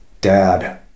Dad